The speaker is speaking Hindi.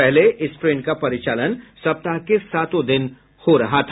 पहले इस ट्रेन का परिचालन सप्ताह के सातों दिन होता था